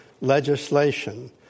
legislation